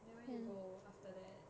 then where you go after that